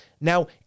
Now